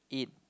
eat